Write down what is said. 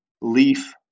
Leaf